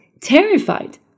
terrified